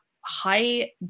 high